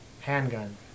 handgun